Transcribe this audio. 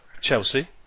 Chelsea